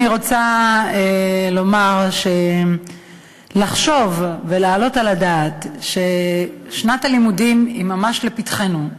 אני רוצה לומר שלחשוב ולהעלות על הדעת ששנת הלימודים היא ממש לפתחנו,